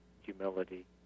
humility